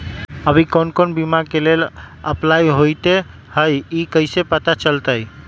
अभी कौन कौन बीमा के लेल अपलाइ होईत हई ई कईसे पता चलतई?